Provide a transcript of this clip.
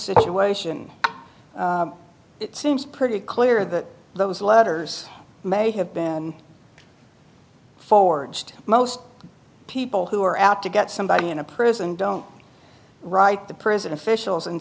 situation it seems pretty clear that those letters may have been forwards to most people who are out to get somebody in a prison don't write the prison officials and